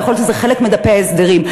ויכול להיות שזה חלק מדפי המסרים,